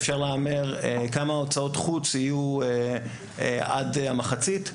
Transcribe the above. כמה הוצאות חוץ עד המחצית.